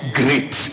great